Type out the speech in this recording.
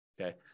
Okay